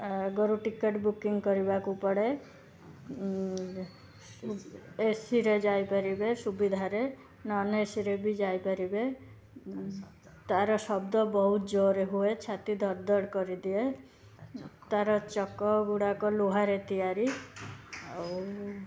ଆଗରୁ ticket booking କରିବାକୁ ପଡ଼େ ଏସିରେ ଯାଇପାରିବେ ସୁବିଧାରେ ନନ୍ଏସିରେ ବି ଯାଇପାରିବେ ତାର ଶବ୍ଦ ବହୁତ ଜୋରରେ ହୁଏ ଛାତି ଧଡ଼ଧଡ଼ କରିଦିଏ ତାର ଚକଗୁଡ଼ାକ ଲୁହାରେ ତିଆରି ଆଉ